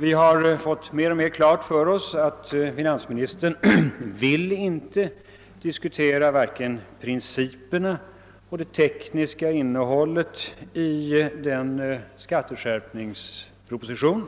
Vi har mer och mer fått klart för oss att finansministern inte vill diskutera vare sig principerna eller det tekniska innehållet i den skatteskärpningsproposition